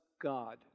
God